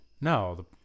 no